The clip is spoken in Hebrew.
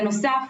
בנוסף,